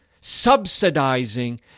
subsidizing